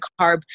carb